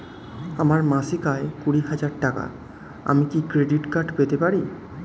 আমার মাসিক আয় কুড়ি হাজার টাকা আমি কি ক্রেডিট কার্ড পেতে পারি?